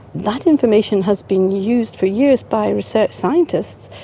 that information has been used for years by research scientists,